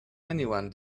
anyone